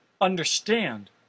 understand